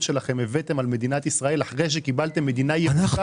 שלכם הבאתם על מדינת ישראל אחרי שקיבלתם מדינה ירוקה.